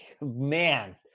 man